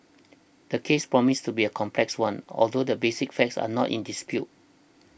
the case promises to be a complex one although the basic facts are not in dispute